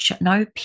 no